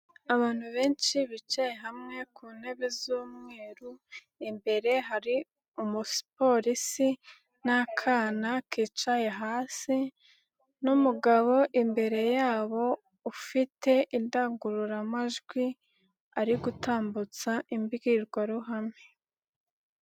Abantu benshi bicaye hamwe ku ntebe z'umweru, imbere hari umupolisi n'akana kicaye hasi, n'umugabo imbere yabo ufite indangururamajwi ari gutambutsa imbwirwaruhame.